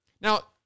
Now